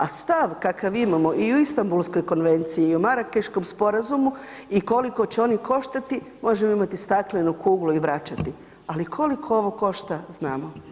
A stav kakav imamo i u Istanbulskoj konvenciji i u Marakeškom sporazumu i koliko će oni koštati, možemo imati staklenu kuglu i vraćati, ali koliko ovo košta znamo.